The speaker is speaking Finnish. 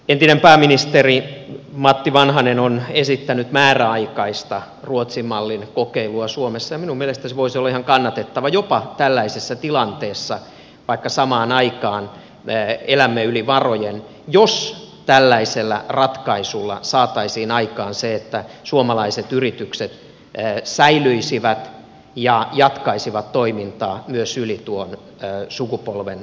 entinen pääministeri matti vanhanen on esittänyt määräaikaista ruotsin mallin kokeilua suomessa ja minun mielestäni se voisi olla ihan kannatettava jopa tällaisessa tilanteessa vaikka samaan aikaan elämme yli varojen jos tällaisella ratkaisulla saataisiin aikaan se että suomalaiset yritykset säilyisivät ja jatkaisivat toimintaa myös yli tuon sukupolvenvaihdostilanteen